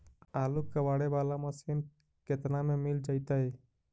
आलू कबाड़े बाला मशीन केतना में मिल जइतै?